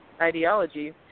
ideology